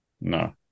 No